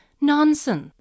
nonsense